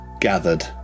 gathered